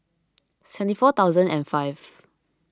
seventy four thousand and five